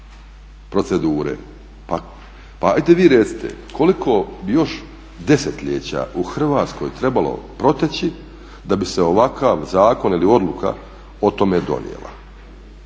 procedure, pa ajde vi recite koliko bi još desetljeća u Hrvatskoj trebalo proteći da bi se ovakav zakon ili odluka o tome donijela,